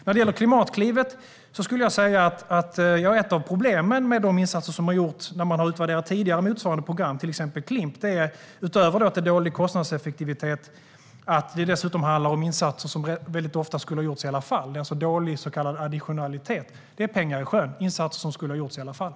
När det gäller Klimatklivet skulle jag säga att ett av problemen med de insatser som har gjorts när man har utvärderat tidigare motsvarande program, till exempel Klimp, är att det - utöver att det är dålig kostnadseffektivitet - handlar om insatser som ofta skulle ha gjorts i alla fall. Det är alltså dålig så kallad additionalitet. Det är pengar i sjön och insatser som skulle ha gjorts i alla fall.